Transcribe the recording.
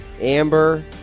Amber